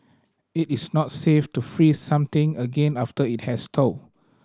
it is not safe to freeze something again after it has thawed